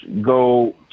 go